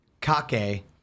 Kake